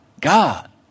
God